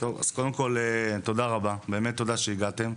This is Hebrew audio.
אז קודם כל תודה רבה, באמת תודה רבה שהגעתם.